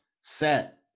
set